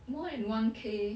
more than one K